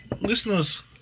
listeners